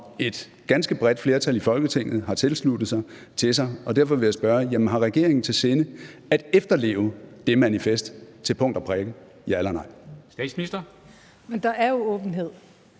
et ganske bredt flertal i Folketinget har tilsluttet sig, til sig, og derfor vil jeg spørge: Har regeringen i sinde at efterleve det manifest til punkt og prikke? Ja eller nej. Kl. 13:11 Formanden (Henrik